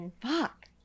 fuck